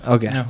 Okay